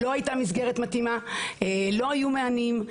לא הייתה מסגרת מתאימה, לא היו מענים.